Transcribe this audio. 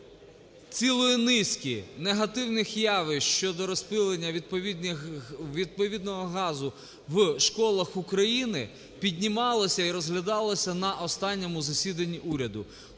цілої низки негативних явищ щодо розпилення відповідних… відповідного газу в школах України піднімалося і розглядалося на останньому засіданні уряду.